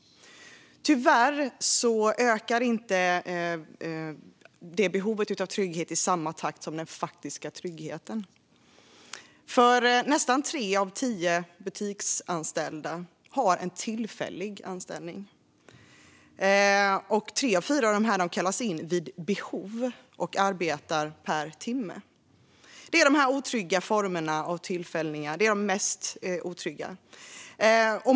Tyvärr ökar inte den faktiska tryggheten i samma takt som behovet av trygghet. Nästan tre av tio butiksanställda har en tillfällig anställning. Tre av fyra av dessa kallas in vid behov och arbetar per timme. Det här är de mest otrygga formerna av tillfälliga anställningar.